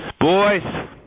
Boys